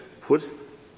put